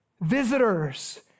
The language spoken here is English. visitors